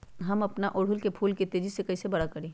हम अपना ओरहूल फूल के तेजी से कई से बड़ा करी?